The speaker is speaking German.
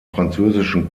französischen